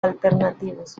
alternativos